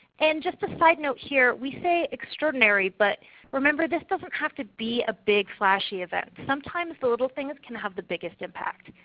and just a sidenote here, we say extraordinary, but remember this doesn't have to be a big flashy event. sometimes the little things can have the biggest impact.